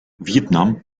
вьетнам